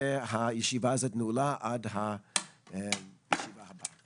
הישיבה הזאת נעולה עד הישיבה הבאה.